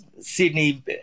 Sydney